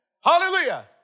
Hallelujah